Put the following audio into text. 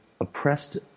oppressed